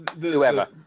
Whoever